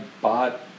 bought